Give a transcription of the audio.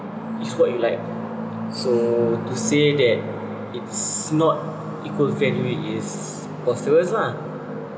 it's what you like so to say that it's not equal value it's plausible lah